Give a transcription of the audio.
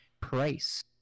price